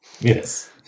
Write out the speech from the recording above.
yes